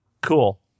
Cool